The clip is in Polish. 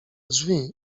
drzwi